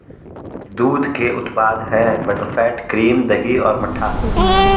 दूध के उत्पाद हैं बटरफैट, क्रीम, दही और मट्ठा